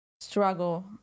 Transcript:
struggle